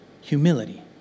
Humility